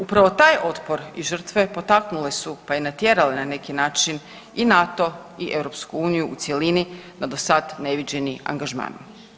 Upravo taj otpor i žrtve potaknule su, pa i natjerale na neki način i NATO i EU u cjelini na do sad neviđeni angažman.